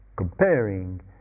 Comparing